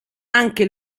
anche